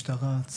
משטרה,